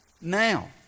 now